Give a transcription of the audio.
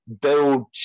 build